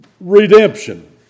redemption